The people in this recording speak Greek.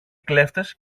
κλέφτες